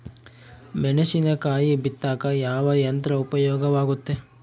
ಮೆಣಸಿನಕಾಯಿ ಬಿತ್ತಾಕ ಯಾವ ಯಂತ್ರ ಉಪಯೋಗವಾಗುತ್ತೆ?